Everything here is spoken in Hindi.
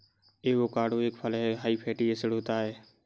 एवोकाडो एक फल हैं हाई फैटी एसिड होता है